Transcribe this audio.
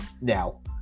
now